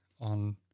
on